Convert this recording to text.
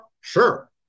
Sure